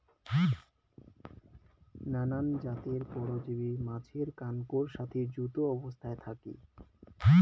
নানান জাতের পরজীব মাছের কানকোর সাথি যুত অবস্থাত থাকি